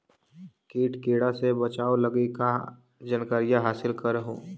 किट किड़ा से बचाब लगी कहा जानकारीया हासिल कर हू?